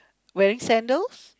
wearing sandals